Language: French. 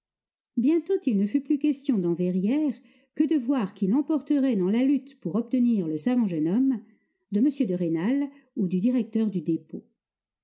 bientôt il ne fut plus question dans verrières que de voir qui l'emporterait dans la lutte pour obtenir le savant jeune homme de m de rênal ou du directeur du dépôt